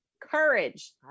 courage